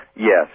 Yes